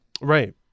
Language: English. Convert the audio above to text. Right